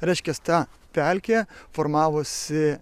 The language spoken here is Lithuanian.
reiškiasi ta pelkė formavosi